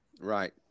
Right